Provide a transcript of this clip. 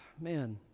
man